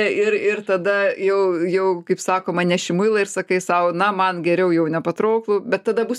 ir ir tada jau jau kaip sakoma neši muilą ir sakai sau na man geriau jau nepatrauklų bet tada bus